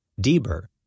Deber